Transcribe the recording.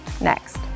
Next